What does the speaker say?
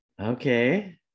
Okay